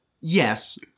Yes